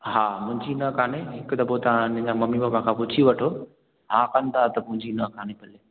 हा मुंहिंजी न कोन्हे हिकु दफ़ो तव्हां मुंहिंजा मम्मी पापा खां पुछी वठो हा पंधि आहे त मुंहिंजी न कोन्हे भले